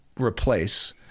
replace